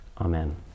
Amen